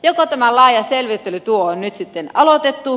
joko tämä laaja selvittelytyö on nyt sitten aloitettu